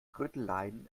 trödeleien